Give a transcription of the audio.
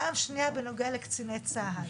פעם שנייה, בנוגע לקציני צה"ל.